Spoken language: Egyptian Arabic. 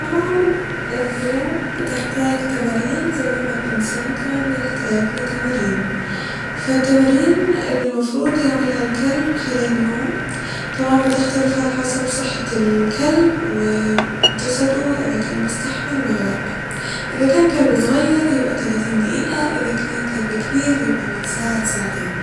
طبعا الكلاب بتحتاج تمارين زي ما الانسان كمان بيحتاج لتمارين ف التمارين اللي المفروض يعملها الكلب خلال اليوم طبعا بتختلف على حسب صحة الكلب و جسده اذا كان بستحمل ولا لا ، اذا كان كلب صغير يبقى تلاتين دقيقة اذا كان كلب كبير يبقى من ساعة لساعتين